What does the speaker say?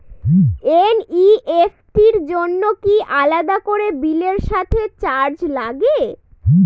NEFT র জন্য কি আলাদা করে বিলের সাথে চার্জ লাগে?